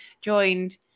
joined